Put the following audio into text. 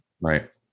Right